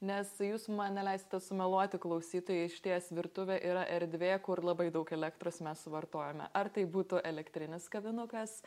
nes jūs man neleisite sumeluoti klausytojai išties virtuvė yra erdvė kur labai daug elektros mes suvartojame ar tai būtų elektrinis kavinukas